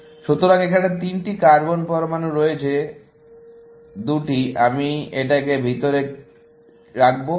সুতরাং এখানে 3টি কার্বন পরমাণু রয়েছে 2 আমি এটাকে ভিতরে কিনবো